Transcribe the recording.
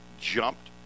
jumped